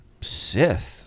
Sith